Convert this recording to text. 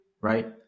right